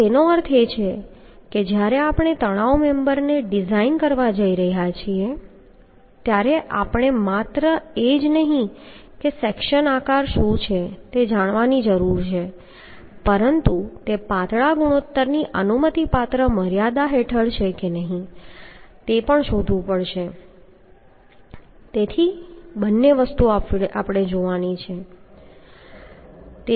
તો તેનો અર્થ એ કે જ્યારે આપણે તણાવ મેમ્બરને ડિઝાઇન કરવા જઈ રહ્યા છીએ ત્યારે આપણે માત્ર એ જ નહીં કે સેક્શનનો આકાર શું છે તે જાણવાની જરૂર છે પણ તે પાતળા ગુણોત્તરની અનુમતિપાત્ર મર્યાદા હેઠળ છે કે નહીં તે પણ શોધવું પડશે તેથી બંને વસ્તુઓ આપણે જોવાની છે